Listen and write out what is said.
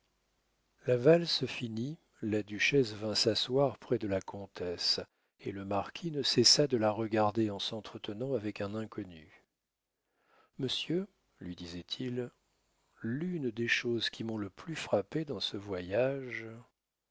la valse finie la duchesse vint s'asseoir près de la comtesse et le marquis ne cessa de la regarder en s'entretenant avec un inconnu monsieur lui disait-il l'une des choses qui m'ont le plus frappé dans ce voyage